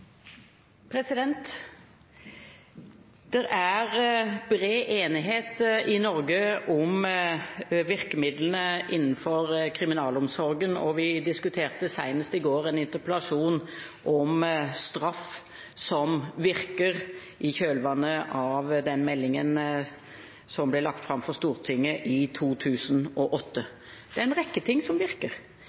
er bred enighet i Norge om virkemidlene innenfor kriminalomsorgen, og vi diskuterte senest i går en interpellasjon om straff som virker – i kjølvannet av den meldingen som ble lagt fram for Stortinget i 2008. Det er en rekke ting som virker.